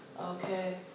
Okay